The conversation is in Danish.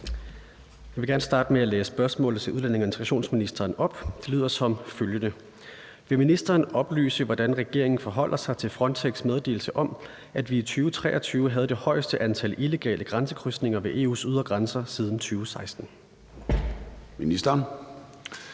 Jeg vil gerne starte med at læse spørgsmålet til udlændinge- og integrationsministeren op. Det lyder som følger: Vil ministeren oplyse, hvordan regeringen forholder sig til Frontex’ meddelelse om, at 2023 havde det højeste antal illegale grænsekrydsninger ved EU’s ydre grænser siden 2016?